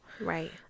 Right